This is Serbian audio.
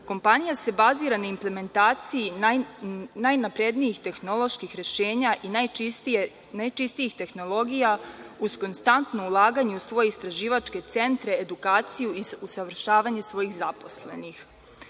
Kompanija se bazira na implementaciji najnaprednijih tehnoloških rešenja i najčistijih tehnologija, uz konstantno ulaganje u svoje istraživačke centre, edukaciju i usavršavanje svojih zaposlenih.